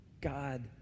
God